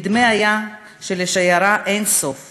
נדמה היה שלשיירה אין סוף